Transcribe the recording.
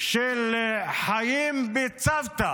של חיים בצוותא